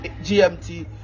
GMT